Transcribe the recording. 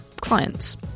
clients